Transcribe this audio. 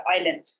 island